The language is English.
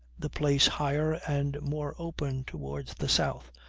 the place higher and more open towards the south,